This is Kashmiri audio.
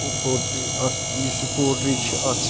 پولٹری اَتھ یُس یہِ پولٹری چھِ اَتھ چھِ